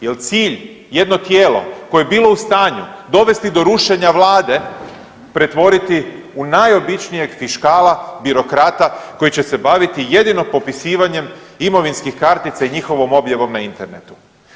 Jel cilj jedno tijelo koje je bilo u stanju dovesti do rušenja vlade pretvoriti u najobičnijeg fiškala, birokrata koji će se baviti jedino popisivanjem imovinskih kartica i njihovom objavom na internetu.